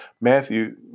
Matthew